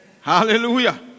Hallelujah